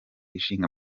ishinga